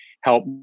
help